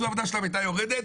50% מהעבודה שלהם הייתה יורדת,